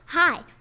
Hi